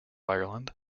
ireland